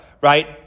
right